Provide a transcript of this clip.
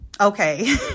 Okay